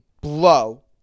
blow